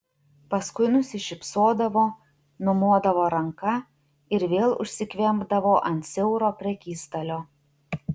paskui nusišypsodavo numodavo ranka ir vėl užsikvempdavo ant siauro prekystalio